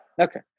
Okay